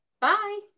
bye